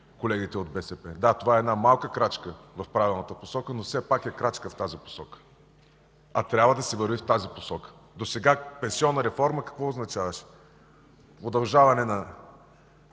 колегите от БСП. Да, това е една малка крачка в правилната посока, но все пак е крачка в тази посока. А трябва да се върви в тази посока. Досега какво означаваше пенсионна